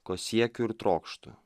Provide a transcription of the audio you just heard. ko siekiu ir trokštu